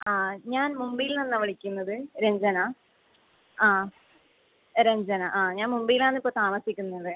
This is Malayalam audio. ആ ഞാൻ മുംബൈയിൽ നിന്നാണു വിളിക്കുന്നത് രഞ്ജന ആ രഞ്ജന ആ ഞാൻ മുംബെയിൽ ആണ് ഇപ്പോൾ താമസിക്കുന്നത്